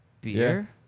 Beer